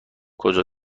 کجا